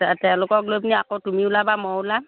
তেওঁলোকক লৈ পিনি আকৌ তুমি ওলাবা ময়ো ওলাম